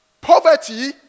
Poverty